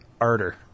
Arter